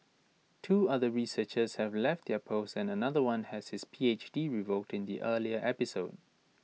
two other researchers have left their posts and another one had his PhD revoked in the earlier episode